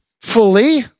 fully